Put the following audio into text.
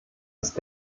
ist